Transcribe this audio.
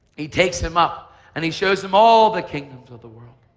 he takes him up and he shows him all the kingdoms of the world,